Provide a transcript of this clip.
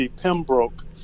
Pembroke